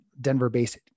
Denver-based